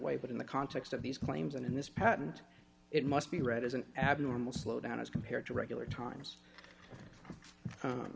way but in the context of these claims and in this patent it must be read as an abnormal slowdown as compared to regular times